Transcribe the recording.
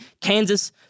Kansas